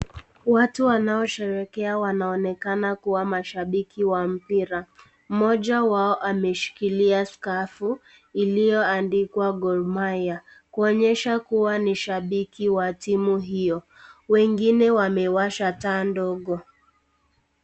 Watu wanaosherehekea wanaonekana kuwa mashabiki wa mpira. Mmoja wao ameshikilia skafu iliyoandikwa Gor mahia kuonyesha kuwa ni shabiki wa timu hiyo. Wengine wamewasha taa ndogo.